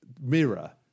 mirror